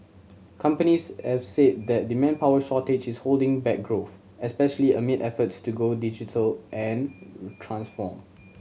companies have said that the manpower shortage is holding back growth especially amid efforts to go digital and transform